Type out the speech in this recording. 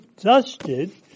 dusted